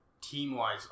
team-wise